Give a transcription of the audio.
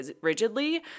rigidly